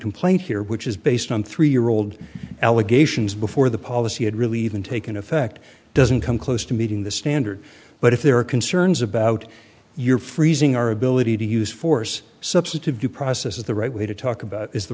complaint here which is based on three year old allegations before the policy had really even taken effect doesn't come close to meeting the standard but if there are concerns about you're freezing our ability to use force substitute due process is the right way to talk about is the